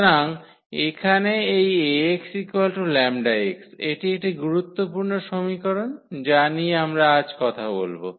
সুতরাং এখানে এই 𝐴𝑥 𝜆𝑥 এটি একটি গুরুত্বপূর্ণ সমীকরণ যা নিয়ে আমরা আজ কথা বলব